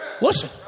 Listen